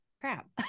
crap